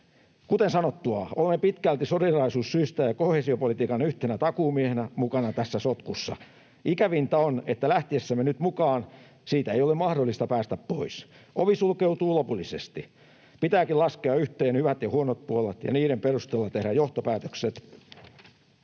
Kuten sanottua, olemme pitkälti solidaarisuussyistä ja koheesiopolitiikan yhtenä takuumiehenä mukana tässä sotkussa. Ikävintä on, että lähtiessämme nyt mukaan siitä ei ole mahdollista päästä pois. Ovi sulkeutuu lopullisesti. Pitääkin laskea yhteen hyvät ja huonot puolet ja niiden perusteella tehdä johtopäätökset.